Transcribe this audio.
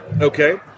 Okay